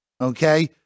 Okay